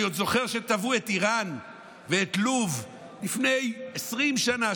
אני עוד זוכר שתבעו את איראן ואת לוב לפני 20 שנה,